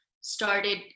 started